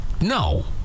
No